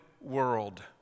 world